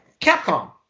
Capcom